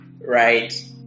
right